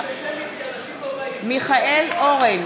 נגד מיכאל אורן,